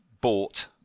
bought